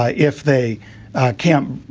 ah if they can't,